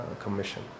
commission